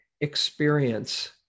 experience